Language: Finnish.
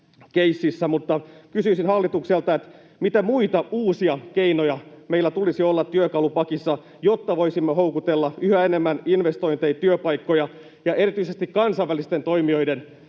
Mutta kysyisin hallitukselta: mitä muita uusia keinoja meillä tulisi olla työkalupakissa, jotta voisimme houkutella yhä enemmän investointeja, työpaikkoja ja erityisesti kansainvälisten toimijoiden